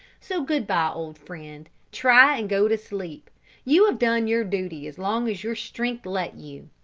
so good-bye, old friend try and go to sleep you have done your duty as long as your strength let you,